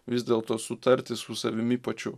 vis dėl to sutarti su savimi pačiu